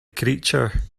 creature